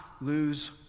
lose